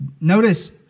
notice